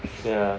yeah